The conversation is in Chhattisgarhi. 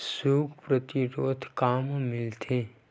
सुखा प्रतिरोध कामा मिलथे?